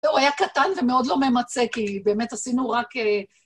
הוא היה קטן ומאוד לא ממצה, כי באמת עשינו רק...